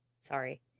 Sorry